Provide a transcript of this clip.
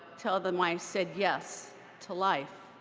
tell them i said yes to life,